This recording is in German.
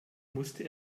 musste